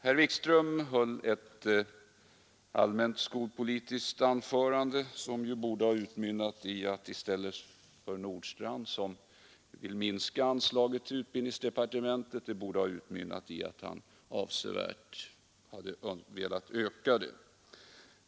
Herr Wikström höll ett allmänt skolpolitiskt anförande, som borde ha utmynnat i att han — till skillnad från herr Nordstrandh, som vill minska anslaget till utbildningsdepartementet — hade velat öka anslaget avsevärt.